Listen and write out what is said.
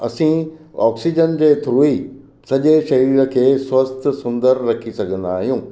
असीं ऑक्सीजन जे थ्रू ई सॼे शरीर खे स्वस्थ्यु सुंदरु रखी सघंदा आहियूं